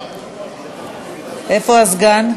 איפה הסגן?